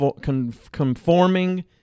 conforming